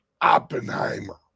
Oppenheimer